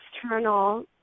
external